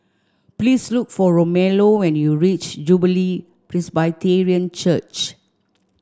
please look for Romello when you reach Jubilee Presbyterian Church